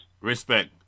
respect